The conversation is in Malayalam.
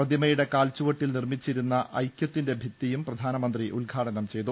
പ്രതിമയുടെ കാൽച്ചുവട്ടിൽ നിർമ്മിച്ചിരിക്കുന്ന ഐക്യ ത്തിന്റെ ഭിത്തിയും പ്രധാനമന്ത്രി ഉദ്ഘാടനം ചെയ്തു